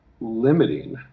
limiting